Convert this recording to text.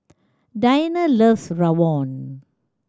Dianna loves rawon